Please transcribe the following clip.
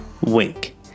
Wink